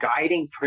guiding